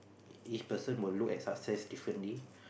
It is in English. each person will look at success differently